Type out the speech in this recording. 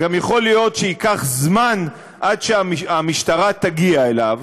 יכול להיות שייקח זמן עד שהמשטרה תגיע אליו.